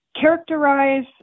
characterize